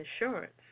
insurance